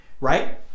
Right